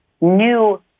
new